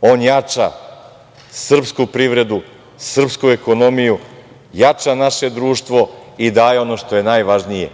on jača srpsku privredu, srpsku ekonomiju, jača naše društvo i daje ono što je najvažnije,